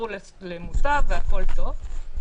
חזרו למוטב הכול טוב.